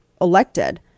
elected